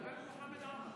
אתה מדבר כמו חמד עמאר.